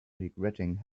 regretting